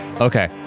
Okay